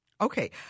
Okay